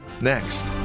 next